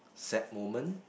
sad moment